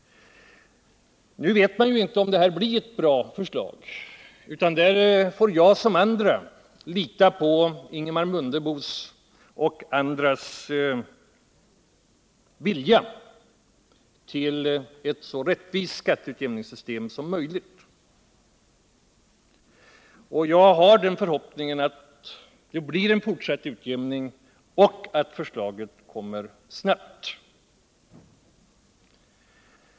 Nu vet man ju inte om det blir ett bra förslag, utan där får jag som andra lita på Ingemar Mundebos och andras vilja att åstadkomma ett så rättvist skatteutjämningssystem som möjligt. Jag har den förhoppningen att det blir en fortsatt utjämning och att förslaget kommer snabbt.